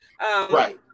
right